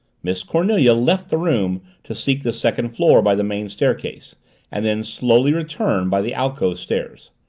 miss cornelia left the room to seek the second floor by the main staircase and then slowly return by the alcove stairs,